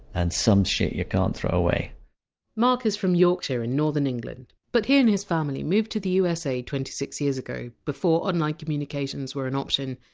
and some shit you can't throw away mark is from yorkshire, in northern england. but he and his family moved to the usa twenty six years ago, before online communications were an option,